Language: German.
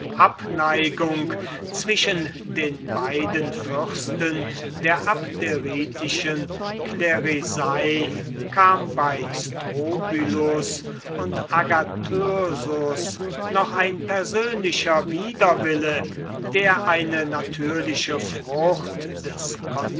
abneigung zwischen den beiden fürsten der abderitischen klerisei kam bei strobylus und agathyrsus noch ein persönlicher widerwille der eine natürliche frucht des